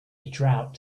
drought